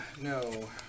No